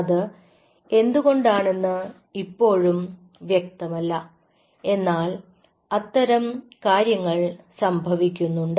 അത് എന്തുകൊണ്ടാണെന്ന് ഇപ്പോഴും വ്യക്തമല്ല എന്നാൽ അത്തരം കാര്യങ്ങൾ സംഭവിക്കുന്നുണ്ട്